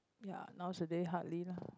ya nowadays hardly lah